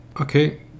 Okay